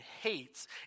hates